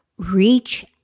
Reach